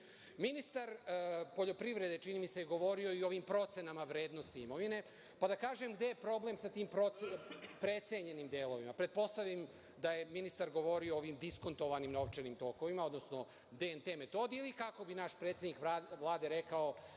poljoprivrede, čini mi se, je govorio o ovim procenama vrednosti imovine, pa da kažem gde je problem sa tim precenjenim delovima. Pretpostavljam da je ministar govorio o ovim diskontovanim novčanim tokovima, odnosno DNT metodi, ili kako bi naš predsednik Vlade rekao